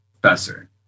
professor